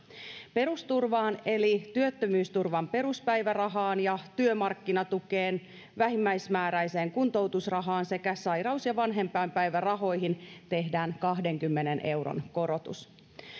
perusturvaan eli työttömyysturvan peruspäivärahaan ja työmarkkinatukeen vähimmäismääräiseen kuntoutusrahaan sekä sairaus ja vanhempainpäivärahoihin tehdään kahdenkymmenen euron korotus